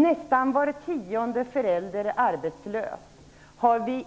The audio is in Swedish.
Nästan var tionde förälder går arbetslös, och vi har